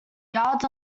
yards